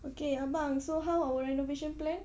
okay abang so how our renovation plans